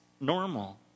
normal